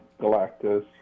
Galactus